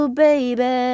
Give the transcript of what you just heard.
baby